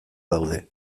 daude